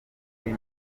muri